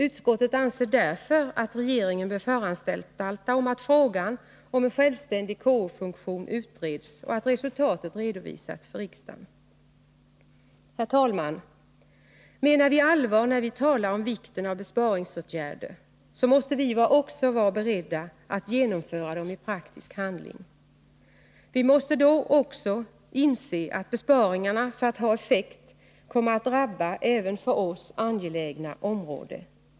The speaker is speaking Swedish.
Utskottet anser därför att regeringen bör föranstalta om att frågan om en självständig KO-funktion utreds och att resultatet redovisas för riksdagen. Herr talman! Menar vi allvar när vi talar om vikten av besparingsåtgärder, måste vi också vara beredda att genomföra dem i praktisk handling. Vi måste då också inse att besparingarna för att ha effekt kommer att drabba även för oss angelägna områden.